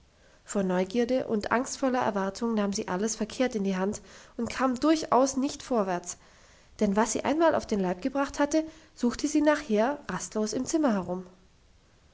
vor neugierde und angstvoller erwartung nahm sie alles verkehrt in die hand und kam durchaus nicht vorwärts denn was sie einmal auf den leib gebracht hatte suchte sie nachher rastlos im zimmer herum